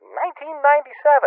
1997